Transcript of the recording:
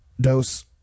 Dose